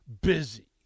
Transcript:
busy